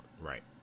right